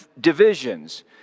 divisions